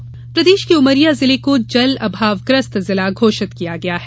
जल अभाव प्रदेश के उमरिया जिले को जल अभावग्रस्त जिला घोषित किया गया है